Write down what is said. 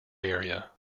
area